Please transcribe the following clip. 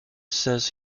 says